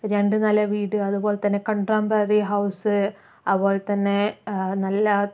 രണ്ടു നില വീട് അതുപോലെ തന്നെ കണ്ടമ്പററി ഹൗസ് അതുപോലെ തന്നെ നല്ല